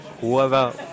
whoever